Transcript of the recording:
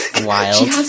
Wild